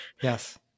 Yes